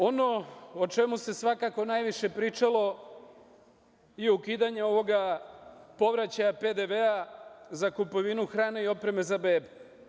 Ono o čemu se svakako najviše pričalo je ukidanje ovoga povraćaja PDV-a za kupovinu hrane i opreme za bebe.